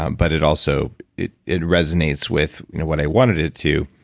um but it also it it resonates with you know what i wanted it to.